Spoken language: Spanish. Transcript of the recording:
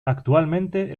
actualmente